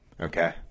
Okay